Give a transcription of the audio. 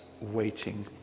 waiting